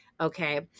Okay